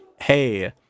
hey